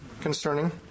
concerning